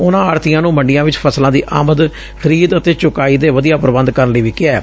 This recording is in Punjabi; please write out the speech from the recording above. ਉਨਾਂ ਆੜਤੀਆਂ ਨੂੰ ਮੰਡੀਆਂ ਵਿਚ ਫਸਲਾ ਦੀ ਆਮਦ ਖਰੀਦ ਅਤੇ ਚੁਕਾਈ ਦੇ ਵਧੀਆ ਪ੍ਰਬੰਧ ਕਰਨ ਲਈ ਵੀ ਕਿਹੈ